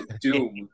Doom